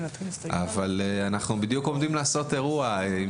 אבל אנחנו בדיוק עומדים לעשות אירוע מאוד יפה,